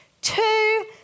Two